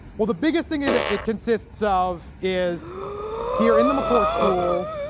well the biggest thing it ah it consists of is here in the mccourt school